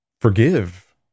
forgive